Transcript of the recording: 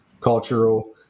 cultural